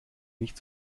nicht